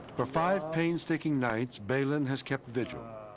for five painstaking nights, bailyn has kept vigil.